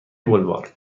بلوار